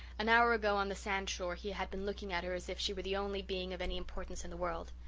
an hour ago on the sand-shore he had been looking at her as if she were the only being of any importance in the world.